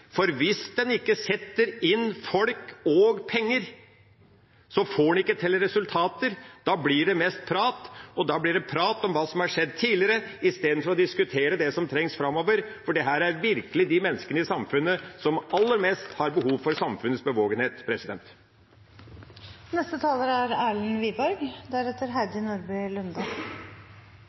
for hvis en ikke setter inn folk og penger, får en ikke resultater. Da blir det mest prat. Da blir det prat om hva som har skjedd tidligere, i stedet for å diskutere det som trengs framover. Dette er virkelig de menneskene i samfunnet som aller mest har behov for samfunnets